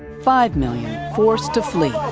five million forced to flee.